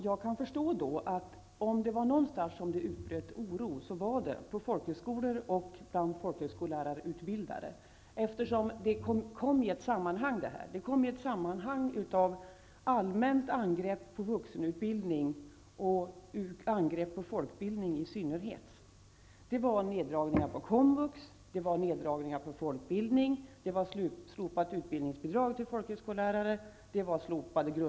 Jag kan förstå att om det var någonstans som det utbröt oro, så var det bland folkhögskollärare och deras lärarutbildare, eftersom detta kom i ett sammanhang av allmänt angrepp på vuxenutbildningen och angrepp på folkbildningen i synnerhet. Det blev neddragningar på komvux och neddragningar på folkbildning. Det var slopat utbildningsbidrag till folkhögskollärare och grundvuxlärare.